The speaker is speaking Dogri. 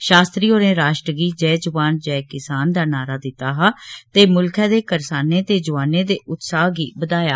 शास्त्री होरें राश्ट्र गी जय जवान जय किसान दा नारा दित्ता ते मुल्ख दे करसानें ते जवानें दे उत्साह् गी बधाया